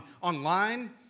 online